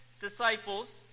disciples